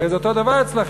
הרי זה אותו דבר אצלכם,